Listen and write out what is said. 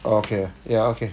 okay ya okay